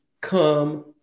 Come